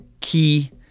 key